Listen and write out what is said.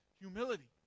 Humility